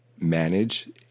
manage